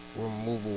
removal